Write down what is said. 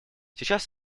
сейчас